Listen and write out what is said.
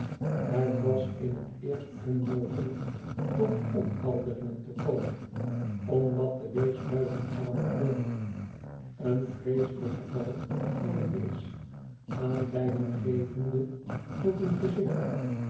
het was in het eerst onmogelijk tot ophelderingen te komen omdat de wees buiten adem bleef een vreeselijk geval voor den wees aanleiding gevende tot een gezicht